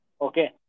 Okay